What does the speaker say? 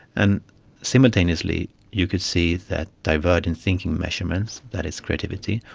and simultaneously you could see that divergent thinking measurements, that is creativity,